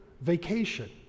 vacation